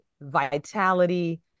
vitality